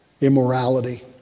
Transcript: immorality